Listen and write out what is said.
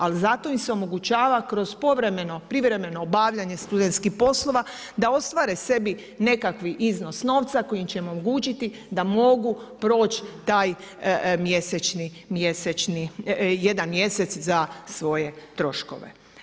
Ali, zato im se omogućava kroz povremeno, privremeno, obavljanje studenskih poslova, da ostvare sebi nekakvi iznos novca, koji će im omogućiti da mogu proći taj mjesečni, jedan mjesec za svoje troškove.